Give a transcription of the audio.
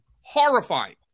Horrifying